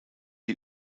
die